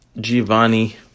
Giovanni